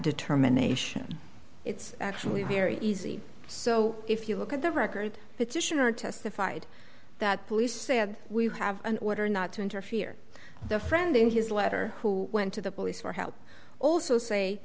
determination it's actually very easy so if you look at the record position or testified that police said we have an order not to interfere the friend in his letter who went to the police for help also say